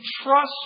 trust